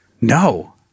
No